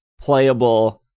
playable